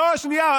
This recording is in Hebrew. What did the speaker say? לא, שנייה.